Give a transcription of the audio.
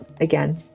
again